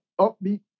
upbeat